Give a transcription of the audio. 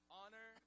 honor